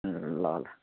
उम् ल ल